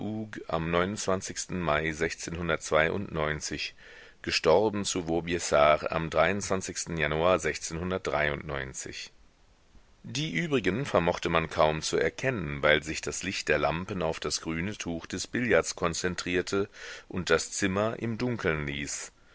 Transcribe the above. am mai gestorben zu vaubyessard am januar die übrigen vermochte man kaum zu erkennen weil sich das licht der lampen auf das grüne tuch des billards konzentrierte und das zimmer im dunkeln ließ